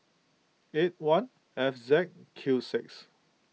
eight one F Z Q six